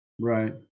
Right